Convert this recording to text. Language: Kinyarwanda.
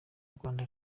rwanda